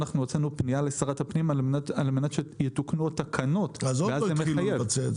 הוצאנו פנייה לשרת הפנים על מנת שיתוקנו התקנות ואז זה יהיה מחייב.